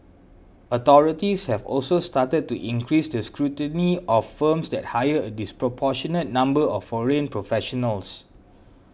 authorities have also started to increase the scrutiny of firms that hire a disproportionate number of foreign professionals